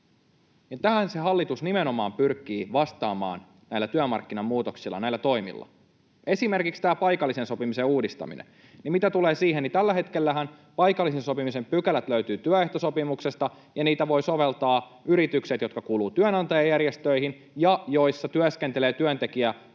Tähän se hallitus nimenomaan pyrkii vastaamaan näillä työmarkkinamuutoksilla, näillä toimilla. Esimerkiksi tämä paikallisen sopimisen uudistaminen: mitä tulee siihen, niin tällä hetkellähän paikallisen sopimisen pykälät löytyvät työehtosopimuksesta ja niitä voivat soveltaa yritykset, jotka kuuluvat työnantajajärjestöihin ja joissa työskentelee työntekijä,